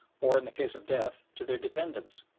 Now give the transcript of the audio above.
or, in the case of death, to their dependents,